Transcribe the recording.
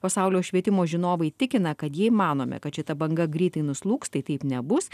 pasaulio švietimo žinovai tikina kad jei manome kad šita banga greitai nuslūgs tai taip nebus